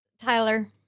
Tyler